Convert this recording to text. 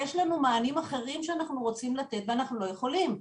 יש לנו מענים אחרים שאנחנו רוצים לתת ואנחנו לא יכולים.